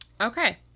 Okay